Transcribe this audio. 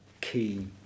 key